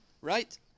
right